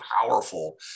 powerful